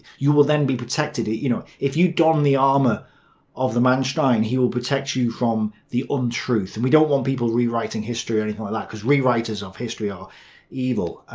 you will then be protected. ah you know, if you don the armour of the manstein he will protect you from the untruth. and we don't want people rewriting history or anything like that, because rewriters of history are evil.